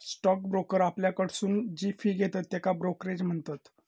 stock broker आपल्याकडसून जी fee घेतत त्येका ब्रोकरेज म्हणतत